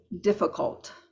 difficult